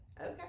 okay